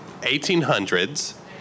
1800s